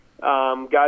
Guys